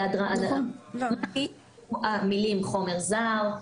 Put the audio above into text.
לרבות במקרים בהם חלה חשיפת התוצרת לחומר זר,